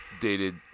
dated